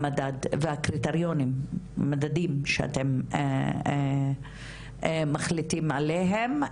המדד והקריטריונים, מדדים שאתם מחליטים עליהם.